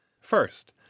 First